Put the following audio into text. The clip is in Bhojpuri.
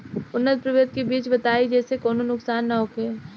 उन्नत प्रभेद के बीज बताई जेसे कौनो नुकसान न होखे?